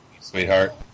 Sweetheart